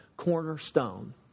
cornerstone